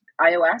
iOS